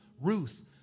Ruth